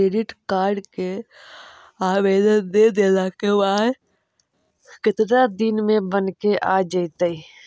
Credit card के आवेदन दे देला के बाद केतना दिन में बनके आ जइतै?